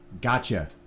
gotcha